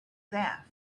their